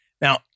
Now